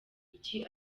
iki